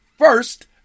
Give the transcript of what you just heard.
first